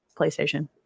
playstation